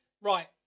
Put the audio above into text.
Right